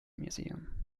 museum